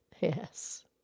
Yes